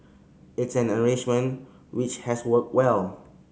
it's an arrangement which has worked well